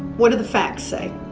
what do the facts say?